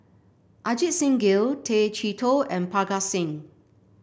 Ajit Singh Gill Tay Chee Toh and Parga Singh